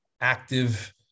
active